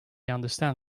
understand